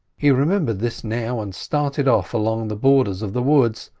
he remembered this now, and started off along the borders of the wood,